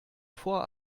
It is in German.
vor